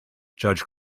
judge